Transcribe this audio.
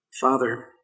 Father